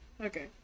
Okay